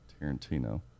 Tarantino